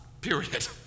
period